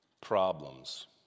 problems